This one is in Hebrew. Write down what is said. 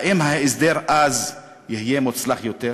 האם ההסדר אז יהיה מוצלח יותר?"